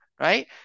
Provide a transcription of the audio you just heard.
right